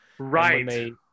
Right